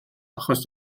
achos